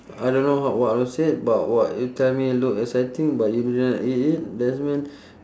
I don't know h~ what is it but what you tell me look exciting but you didn't eat it that mean